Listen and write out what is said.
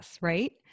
Right